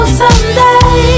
someday